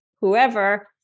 whoever